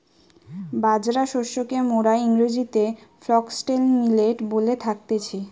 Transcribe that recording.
বাজরা শস্যকে মোরা ইংরেজিতে ফক্সটেল মিলেট বলে থাকতেছি